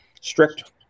strict